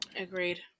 Agreed